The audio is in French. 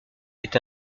est